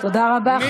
תודה רבה,